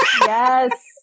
Yes